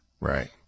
Right